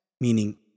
meaning